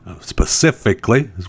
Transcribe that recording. specifically